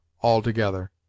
altogether